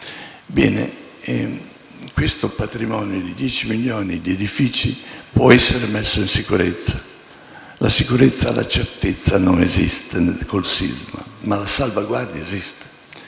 Ebbene, questo patrimonio di 10 milioni di edifici può essere messo in sicurezza - la sicurezza, la certezza non esiste con il sisma, ma la salvaguardia sì